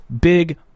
big